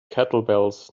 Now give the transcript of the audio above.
kettlebells